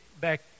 back